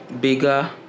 bigger